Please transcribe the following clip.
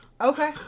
Okay